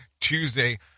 Tuesday